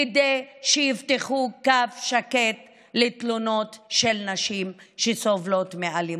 כדי שיפתחו קו שקט לתלונות של נשים שסובלות מאלימות.